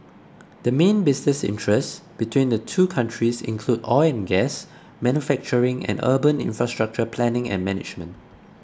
the main business interests between the two countries include oil and gas manufacturing and urban infrastructure planning and management